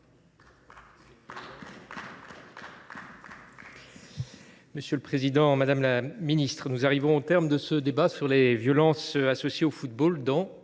demande. le président, madame la ministre, nous arrivons au terme de ce débat sur les violences associées au football